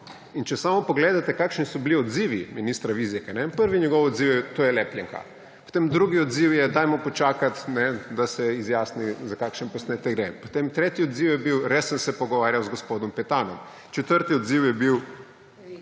Če samo pogledate, kakšni so bili odzivi ministra Vizjaka. Prvi njegov odziv je, to je lepljenka, potem drugi odziv je, dajmo počakati, da se izjasni, za kakšen posnetek gre, potem tretji odziv je bil, res sem se pogovarjal z gospodom Petanom, četrti odziv je bil,